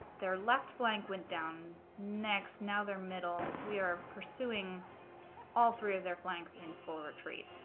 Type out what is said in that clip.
their left flank went down next now their middle we are pursuing all three of their flanks in full retreat